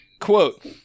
quote